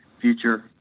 future